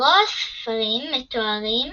ברוב הספרים מתוארים